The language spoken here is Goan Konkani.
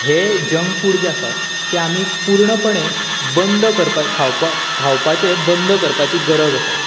हें जंक फूड जें आसा तें आमी पूर्णपणी बंद करपा खावपाचें बंद करपाची गरज आसा